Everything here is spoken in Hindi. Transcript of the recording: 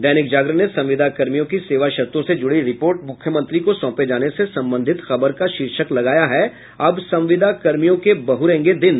दैनिक जागरण ने संविदा कर्मियों की सेवा शर्तों से जुड़ी रिपोर्ट मुख्यमंत्री को सौपे जाने से संबंधित खबर का शीर्षक लगाया है अब संविदा कर्मियों के बहुरेंगे दिन